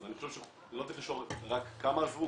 אז אני חושב שלא צריך לשאול רק כמה עזבו,